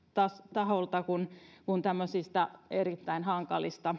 taholta kun kun tämmöisiä erittäin hankalia